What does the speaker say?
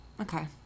okay